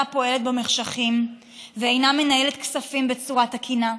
פועלת במחשכים ואינה מנהלת כספים בצורה תקינה.